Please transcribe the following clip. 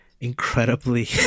incredibly